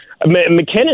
McKinnon